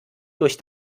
durch